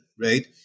right